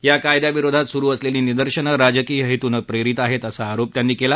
या कायद्याविरोधात सुरु असलेली निदर्शनं राजकीय हेतूनं प्रेरित आहेत असा आरोपही त्यांनी केला